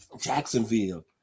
Jacksonville